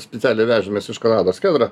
spicialiai vežėmės iš kanados kedro